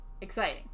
Exciting